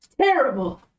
terrible